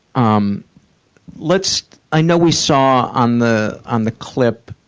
um let's i know we saw on the on the clip